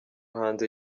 hanze